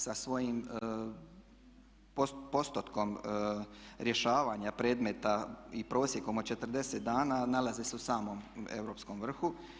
Sa svojim postotkom rješavanja predmeta i prosjekom od 40 dana nalaze se u samom europskom vrhu.